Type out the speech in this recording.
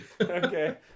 okay